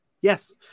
yes